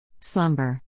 Slumber